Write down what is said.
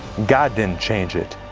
god didn't change it.